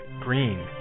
green